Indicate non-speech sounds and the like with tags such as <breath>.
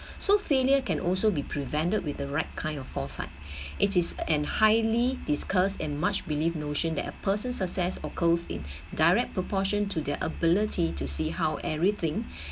so failure can also be prevented with the right kind of foresight <breath> it is an highly discussed and much believe notion that a person success occurs in direct proportion to their ability to see how everything